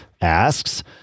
asks